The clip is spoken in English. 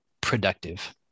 productive